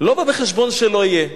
לא בא בחשבון שלא יהיה.